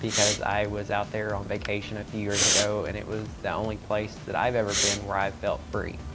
because i was out there on vacation a few years ago and it was the only place that i've ever been where i felt free.